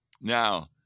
Now